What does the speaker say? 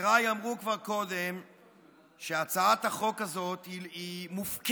חבריי אמרו כבר קודם שהצעת החוק הזאת היא מופקרת.